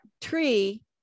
tree